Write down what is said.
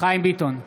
חיים ביטון,